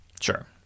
Sure